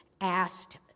asked